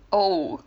oh